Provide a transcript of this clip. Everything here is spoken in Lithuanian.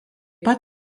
pat